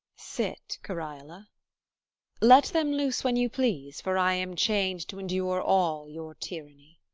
sit, cariola let them loose when you please, for i am chain'd to endure all your tyranny.